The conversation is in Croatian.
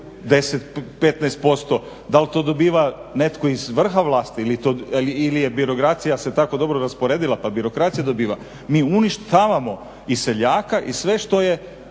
10, 15%. Da li to dobiva netko iz vrha vlasti ili je birokracija se tako dobro raspodijelila pa birokracija dobiva, mi uništavamo i seljaka i sve što je